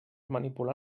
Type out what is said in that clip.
manipular